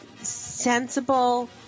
sensible